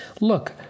look